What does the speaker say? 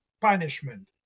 punishment